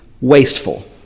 wasteful